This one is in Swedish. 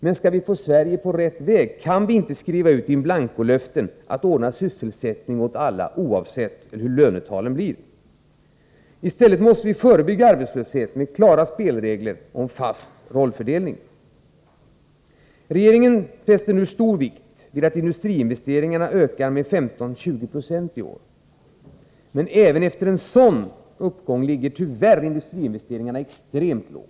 Men skall vi få Sverige på rätt väg, kan vi inte skriva ut in blanko-löften om att ordna sysselsättning åt alla, oavsett hur löneavtalen blir. I stället måste vi förebygga arbetslöshet med klara spelregler och en fast rollfördelning. Regeringen fäster nu stor vikt vid att industriinvesteringarna ökar med 15-20 20 i år. Men även efter en sådan uppgång ligger tyvärr industriinvesteringarna extremt lågt.